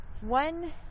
One